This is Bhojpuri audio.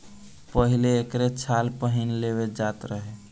पहिले एकरे छाल पहिन लेवल जात रहे